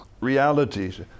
realities